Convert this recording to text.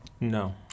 No